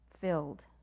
filled